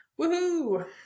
Woohoo